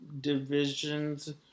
divisions